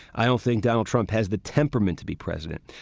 i don't think donald trump has the temperament to be president.